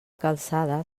calçada